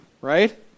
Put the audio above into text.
Right